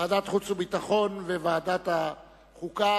לוועדת החוץ והביטחון ולוועדת החוקה,